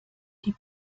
die